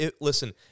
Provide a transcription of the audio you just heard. listen